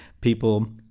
people